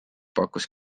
pakkus